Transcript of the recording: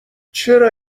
چرا